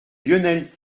lionel